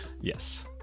yes